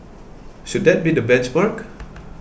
should that be the benchmark